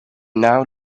now